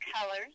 Colors